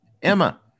Emma